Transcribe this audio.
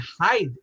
hide